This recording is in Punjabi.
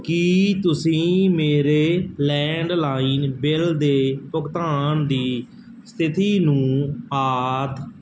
ਕੀ ਤੁਸੀਂ ਮੇਰੇ ਲੈਂਡਲਾਈਨ ਬਿੱਲ ਦੇ ਭੁਗਤਾਨ ਦੀ ਸਥਿਤੀ ਨੂੰ ਆਦਿ